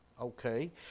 okay